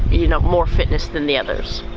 you know, more fitness than the others.